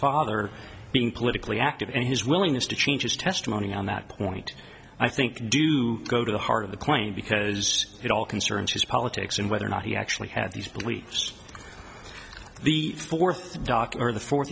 father being politically active and his willingness to change his testimony on that point i think do go to the heart of the coin because it all concerns his politics and whether or not he actually had these beliefs the fourth doc or the fourt